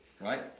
right